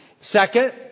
Second